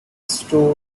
stored